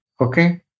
Okay